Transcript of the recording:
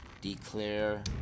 declare